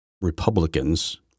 Republicans